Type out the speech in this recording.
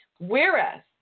Whereas